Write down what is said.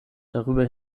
darüber